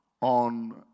on